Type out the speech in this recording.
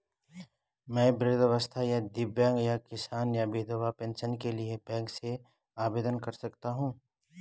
मैं वृद्धावस्था या दिव्यांग या किसान या विधवा पेंशन के लिए बैंक से आवेदन कर सकता हूँ?